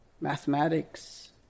Mathematics